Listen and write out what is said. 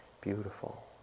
beautiful